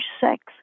sex